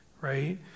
right